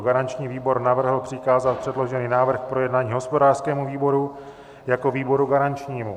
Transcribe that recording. Garanční výbor navrhl přikázat předložený návrh k projednání hospodářskému výboru jako výboru garančnímu.